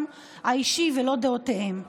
האישי ולא דעותיהם.